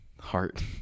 heart